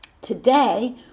Today